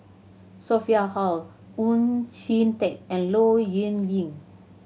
Sophia Hull Oon Jin Teik and Low Yen Ling